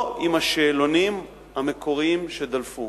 ולא עם השאלונים המקוריים שדלפו.